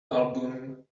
album